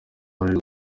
uruhare